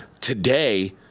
Today